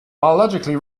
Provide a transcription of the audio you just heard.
biologically